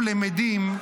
אנחנו למדים,